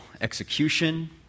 execution